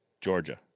Georgia